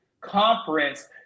conference